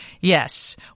Yes